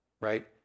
right